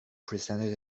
presented